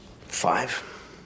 Five